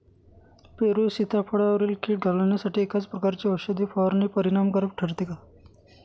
पेरू व सीताफळावरील कीड घालवण्यासाठी एकाच प्रकारची औषध फवारणी परिणामकारक ठरते का?